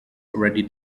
already